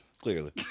Clearly